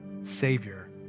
Savior